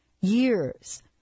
years